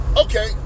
Okay